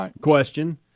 question